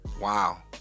Wow